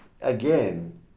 again